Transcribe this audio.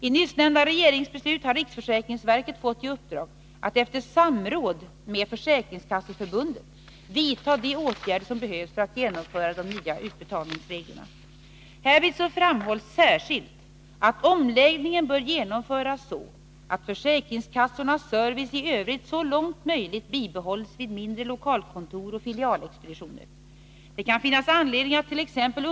I nyssnämnda regeringsbeslut har riksförsäkringsverket fått i uppdrag att efter samråd med försäkringskasseförbundet vidta de åtgärder som behövs för att genomföra de nya utbetalningsreglerna. Härvid framhålls särskilt att omläggningen bör genomföras så att försäkringskassornas service i övrigt så långt möjligt bibehålls vid mindre lokalkontor och filialexpeditioner. Det kan finnas anledning attt.ex.